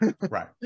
Right